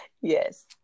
Yes